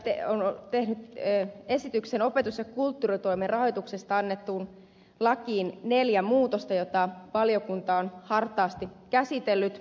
hallitus on tehnyt opetus ja kulttuuritoimen rahoituksesta annettuun lakiin neljä muutosta joita valiokunta on hartaasti käsitellyt